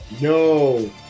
no